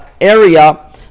area